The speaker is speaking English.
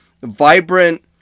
vibrant